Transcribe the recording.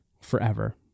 forever